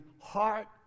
heart